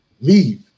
leave